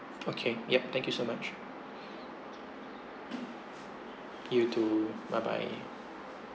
okay yup thank you so much you too bye bye